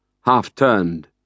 half-turned